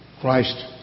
Christ